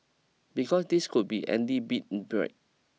because this could be Andy big break